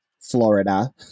Florida